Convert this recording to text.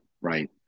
right